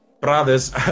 brothers